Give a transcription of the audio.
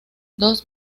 dos